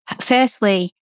firstly